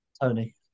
Tony